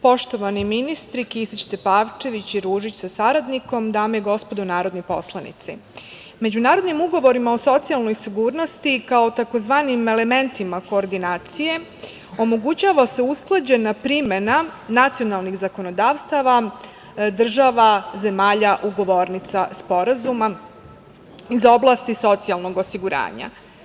Poštovani ministri, Kisić Tepavčević i Ružić sa saradnikom, dame i gospodo narodni poslanici, međunarodnim ugovorima o socijalnoj sigurnosti kao takozvanim elementima koordinacije omogućava se usklađena primena nacionalnih zakonodavstava država zemalja ugovornica sporazuma iz oblasti socijalnog osiguranja.